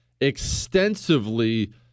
extensively